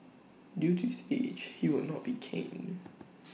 due to his age he will not be caned